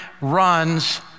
runs